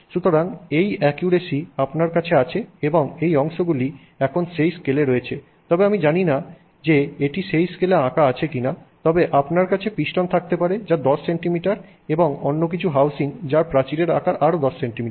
সুতরাং এই একুরেসি আপনার কাছে আছে এবং এই অংশগুলি এখন সেই স্কেলে রয়েছে তবে আমি জানি না যে এটি সেই স্কেলে আঁকা আছে কিনা তবে আপনার কাছে পিস্টন থাকতে পারে যা 10 সেন্টিমিটার এবং কিছু অন্য হাউসিং যার প্রাচীরের আকার আরও 10 সেন্টিমিটার